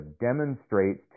demonstrates